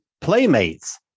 Playmates